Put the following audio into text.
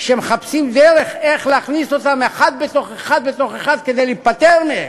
מחפשים דרך איך להכניס אותן אחת בתוך אחת בתוך אחת כדי להיפטר מהן.